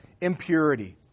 Impurity